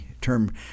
term